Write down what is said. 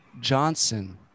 Johnson